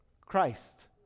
Christ